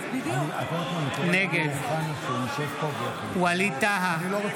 נגד ווליד טאהא,